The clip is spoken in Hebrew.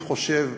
אני חושב,